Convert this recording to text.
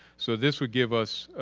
so this would give us